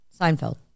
Seinfeld